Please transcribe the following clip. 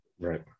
Right